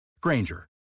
Granger